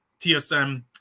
TSM